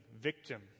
victim